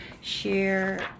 share